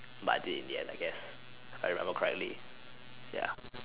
but I did in the end I guess I remember correctly ya